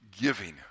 giving